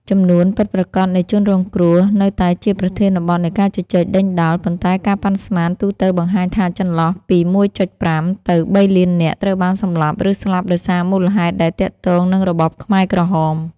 ចំនួនពិតប្រាកដនៃជនរងគ្រោះនៅតែជាប្រធានបទនៃការជជែកដេញដោល ប៉ុន្តែការប៉ាន់ស្មានទូទៅបង្ហាញថាចន្លោះពី ១.៥ ទៅ ៣ លាននាក់ ត្រូវបានសម្លាប់ ឬស្លាប់ដោយសារមូលហេតុដែលទាក់ទងនឹងរបបខ្មែរក្រហម។